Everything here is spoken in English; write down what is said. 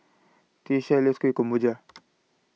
Tyesha loves Kueh Kemboja